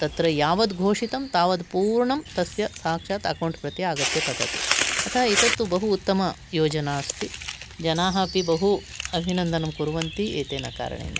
तत्र यावद् घोषितं तावद् पूर्णं तस्य साक्षात् अकौण्ट् प्रति आगत्य पतति अतः एतत्तु बहु उत्तम योजना अस्ति जनाः अपि बहु अभिनन्दनं कुर्वन्ति एतेन कारणेन